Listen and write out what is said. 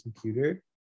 computer